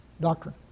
doctrine